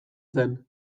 zen